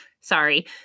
sorry